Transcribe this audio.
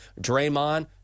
Draymond